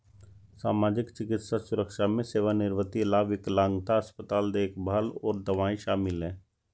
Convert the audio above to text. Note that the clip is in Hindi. सामाजिक, चिकित्सा सुरक्षा में सेवानिवृत्ति लाभ, विकलांगता, अस्पताल देखभाल और दवाएं शामिल हैं